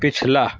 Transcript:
پچھلا